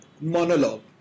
monologue